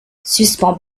suspend